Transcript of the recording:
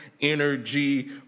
energy